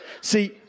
See